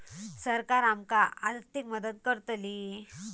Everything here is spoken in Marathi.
सरकार आमका आर्थिक मदत करतली?